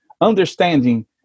understanding